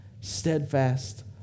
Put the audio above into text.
steadfast